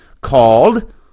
called